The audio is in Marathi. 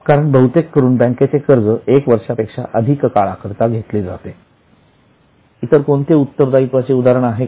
कारण बहुतेक करून बँकेचे कर्ज एक वर्षापेक्षा अधिक काळा करिता घेतले जाते इतर कोणते उत्तरदायित्वासचे उदाहरण आहे का